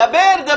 דבר.